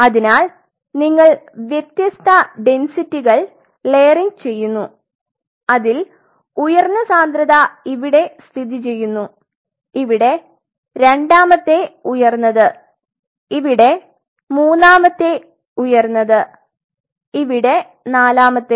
അതിനാൽ നിങ്ങൾ വ്യത്യസ്ത ഡെന്സിറ്റികൽ ലെയറിങ് ചെയുന്നു അതിൽ ഉയർന്ന സാന്ദ്രത ഇവിടെ സ്ഥിതിചെയ്യുന്നു ഇവിടെ രണ്ടാമത്തെ ഉയർന്നത് ഇവിടെ മൂന്നാമത്തെ ഉയർന്നത് ഇവിടെ നാലാമത്തെത്